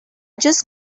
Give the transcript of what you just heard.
just